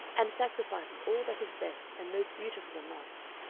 and sacrifices all that is best and most beautiful in life.